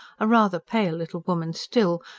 a rather pale little woman still,